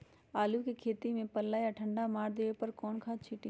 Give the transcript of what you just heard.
आलू के खेत में पल्ला या ठंडा मार देवे पर कौन खाद छींटी?